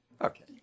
Okay